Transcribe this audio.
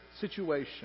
situation